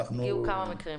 היו כמה מקרים.